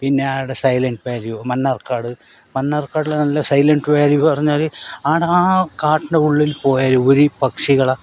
പിനനെ ആടെ Silent Valley Mannarkkad മണ്ണാർക്കാടിൽ നല്ല സൈലൻറ് വാല്യൂ എന്നു പറഞ്ഞാൽ ആടെ ആ കാടിൻ്റെ ഉള്ളിൽ പോയാൽ ഒരു പക്ഷികൾ